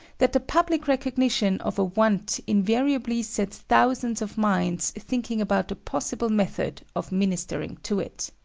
that the public recognition of a want invariably sets thousands of minds thinking about the possible methods of ministering to it.